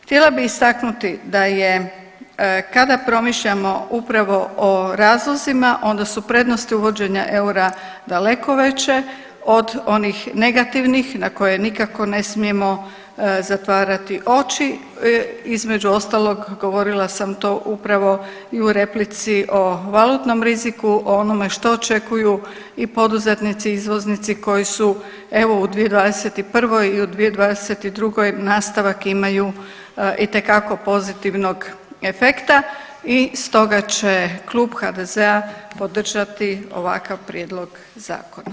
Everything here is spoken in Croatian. Htjela bi istaknuti da je kada promišljamo upravo o razlozima onda su prednosti uvođenja eura daleko veće od onih negativnih na koje nikako ne smijemo zatvarati oči, između ostalog govorila sam to upravo i u replici o valutnom riziku, o onome što očekuju i poduzetnici izvoznici koji su evo u 2021. i u 2022. nastavak imaju itekako pozitivnog efekta i stoga će Klub HDZ-a podržati ovakav prijedlog zakona.